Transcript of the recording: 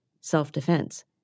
self-defense